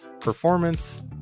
performance